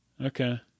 Okay